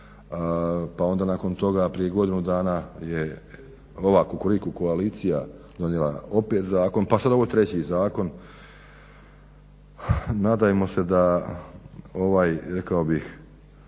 pa onda nakon toga prije godinu dana je ova Kukuriku koalicija donijela opet zakon pa sad je ovo treći zakon. Nadajmo se da ovaj rekao bih,